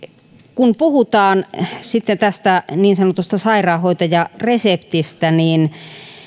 kun puhutaan sitten tästä niin sanotusta sairaanhoitajareseptistä niin